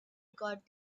got